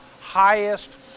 highest